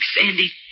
Sandy